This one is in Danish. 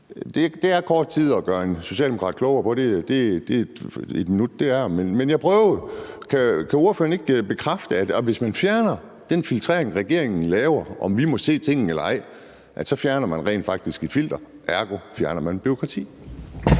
det er kort tid at gøre en socialdemokrat klogere på. Det er det, men jeg prøvede. Kan ordføreren ikke bekræfte, at hvis man fjerner den filtrering, regeringen laver, i forhold til om vi må se tingene eller ej, så fjerner man rent faktisk et filter, ergo fjerner man bureaukrati?